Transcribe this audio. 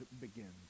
begins